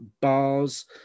bars